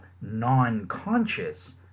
non-conscious